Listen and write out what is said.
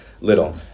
little